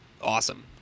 awesome